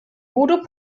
voodoo